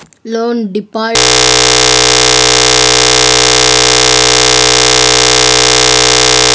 loan default సంఘటన పంతొమ్మిది వందల డెబ్భై ఏడవ సంవచ్చరంలో జరిగింది